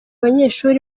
abanyeshuri